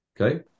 Okay